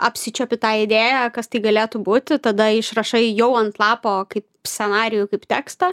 apsičiuopi tą idėją kas tai galėtų būti tada išrašai jau ant lapo kaip scenarijų kaip tekstą